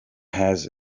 has